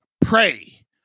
pray